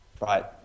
Right